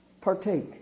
partake